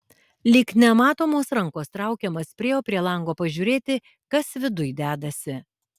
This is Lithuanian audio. lyg nematomos rankos traukiamas priėjo prie lango pažiūrėti kas viduj dedasi